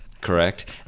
Correct